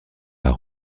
pas